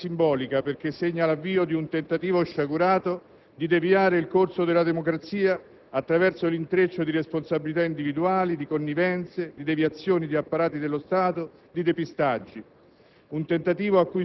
Ma quella data rimane simbolica, perché segna l'avvio di un tentativo sciagurato di deviare il corso della democrazia attraverso l'intreccio di responsabilità individuali, di connivenze, di deviazioni di apparati dello Stato, di depistaggi.